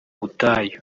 butayu